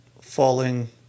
falling